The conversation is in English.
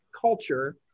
culture